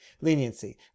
leniency